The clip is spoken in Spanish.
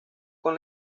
con